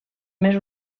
més